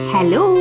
Hello